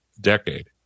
decade